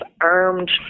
armed